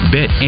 Bet